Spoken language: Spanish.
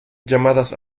llamadas